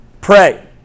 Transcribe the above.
Pray